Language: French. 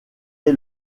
est